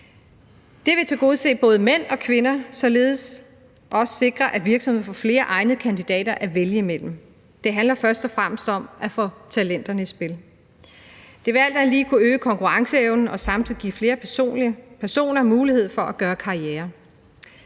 Det vil tilgodese både mænd og kvinder og således også sikre, at virksomhederne får flere egnede kandidater at vælge mellem. Det handler først og fremmest om at få talenterne i spil. Det vil alt andet lige kunne øge konkurrenceevnen og samtidig give flere personer mulighed for at gøre karriere.